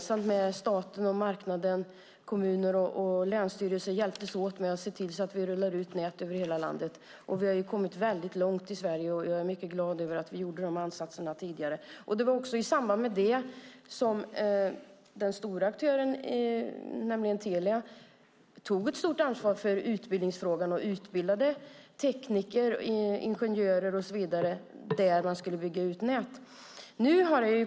Staten, marknaden, kommuner och länsstyrelser hjälptes gemensamt åt att se till att vi rullade ut nät över hela landet. Vi har kommit mycket långt i Sverige, och jag är mycket glad över att vi gjorde de ansatserna tidigare. Det var också i samband med det som den stora aktören Telia tog ett stort ansvar för utbildningsfrågan och utbildade tekniker, ingenjörer och så vidare där man skulle bygga ut nät.